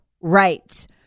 rights